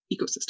ecosystem